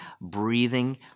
breathing